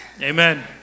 Amen